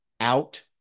out